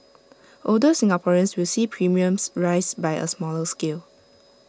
older Singaporeans will see premiums rise by A smaller scale